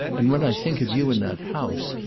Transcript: and when i think of you in that house!